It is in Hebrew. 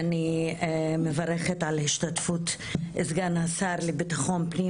אני מברכת על השתתפות סגן השר לביטחון פנים,